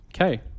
okay